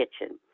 kitchen